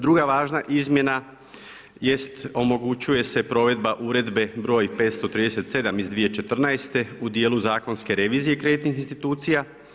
Druga važna izmjena jest omogućuje se provedba uredbe br. 537. iz 2014. u dijelu zakonske revizije kreditnih institucija.